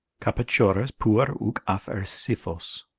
capaciores puer huc affer scyphos,